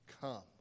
come